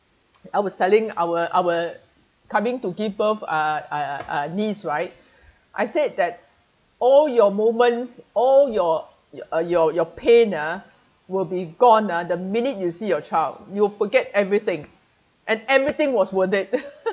I was telling our our coming to give birth uh uh uh niece right I said that all your moments all your your uh your your pain ah will be gone ah the minute you see your child you will forget everything and everything was worth it